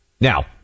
now